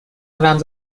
رمز